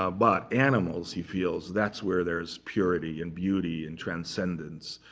ah but animals he feels, that's where there's purity, and beauty, and transcendence,